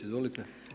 Izvolite.